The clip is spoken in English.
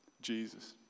Jesus